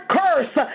curse